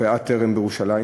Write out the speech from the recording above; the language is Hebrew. מרפאת "טרם" בירושלים,